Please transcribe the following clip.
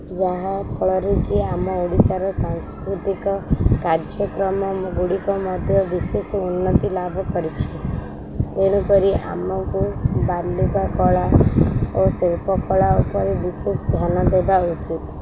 ଯାହାଫଳରେ କି ଆମ ଓଡ଼ିଶାର ସାଂସ୍କୃତିକ କାର୍ଯ୍ୟକ୍ରମଗୁଡ଼ିକ ମଧ୍ୟ ବିଶେଷ ଉନ୍ନତି ଲାଭ କରିଛି ତେଣୁକରି ଆମକୁ ବାଲୁକାା କଳା ଓ ଶିଳ୍ପ କଳା ଉପରେ ବିଶେଷ ଧ୍ୟାନ ଦେବା ଉଚିତ୍